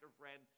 friend